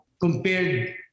Compared